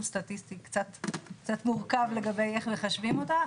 סטטיסטי קצת מורכב לגבי איך מחשבים אותה.